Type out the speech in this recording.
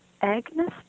Agnes